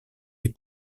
les